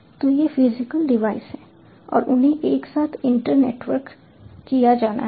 तो ये physical device हैं और उन्हें एक साथ इंटरनेटवर्क किया जाना है